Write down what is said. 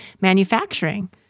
manufacturing